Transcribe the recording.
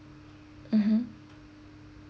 mmhmm